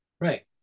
Right